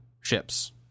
ships